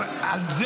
אבל על זה?